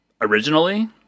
originally